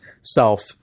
self